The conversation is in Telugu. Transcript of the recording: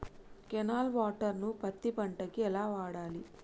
కెనాల్ వాటర్ ను పత్తి పంట కి ఎలా వాడాలి?